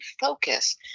focus